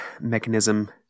mechanism